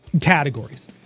categories